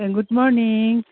A good morning